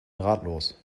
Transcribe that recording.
ratlos